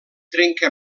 trenca